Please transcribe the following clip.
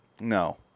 No